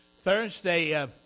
Thursday